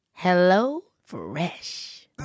HelloFresh